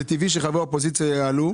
אבל